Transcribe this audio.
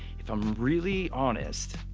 if i'm really honest,